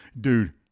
Dude